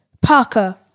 Parker